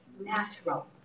natural